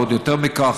ועוד יותר מכך,